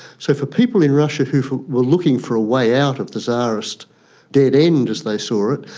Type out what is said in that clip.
so for people in russia who were looking for a way out of the tsarist dead-end, as they saw it,